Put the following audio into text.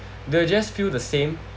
they'll just feel the same